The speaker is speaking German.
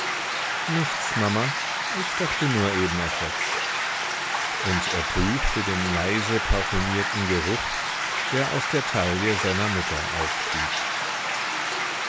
nichts mama ich dachte nur eben etwas und er prüfte den leise parfümierten geruch der aus der taille seiner mutter aufstieg